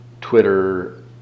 Twitter